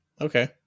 Okay